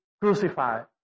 crucified